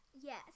Yes